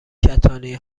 کتانی